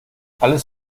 alles